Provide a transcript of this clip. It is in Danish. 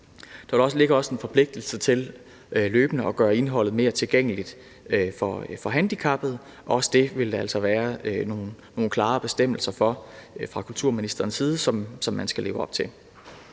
Der ligger også en forpligtelse til løbende at gøre indholdet mere tilgængeligt for handicappede – også det vil der altså være nogle klare bestemmelser for fra kulturministerens side, som man skal leve op til.